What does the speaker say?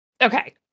okay